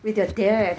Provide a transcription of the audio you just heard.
with your dad